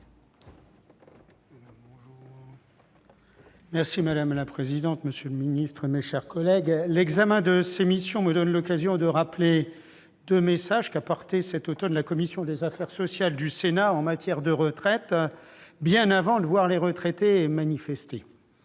avis. Madame la présidente, monsieur le secrétaire d'État, mes chers collègues, l'examen des crédits de ces missions me donne l'occasion de rappeler deux messages qu'a portés, cet automne, la commission des affaires sociales du Sénat en matière de retraite, bien avant que l'on ne voie les retraités manifester.